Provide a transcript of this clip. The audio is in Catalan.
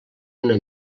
una